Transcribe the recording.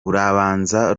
urubanza